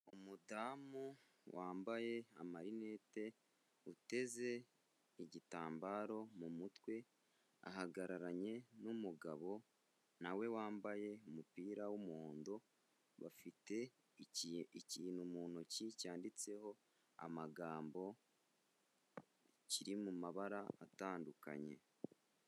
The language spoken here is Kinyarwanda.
Umudamu wambaye amarinete uteze igitambaro mu mutwe, ahagararanye n'umugabo na we wambaye umupira w'umuhondo, bafite ikintu mu ntoki cyanditseho amagambo kiri mu mabara atandukanye.